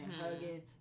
hugging